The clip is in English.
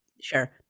sure